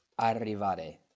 arrivare